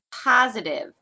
positive